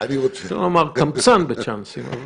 שלא לומר קמצן בצ'אנסים.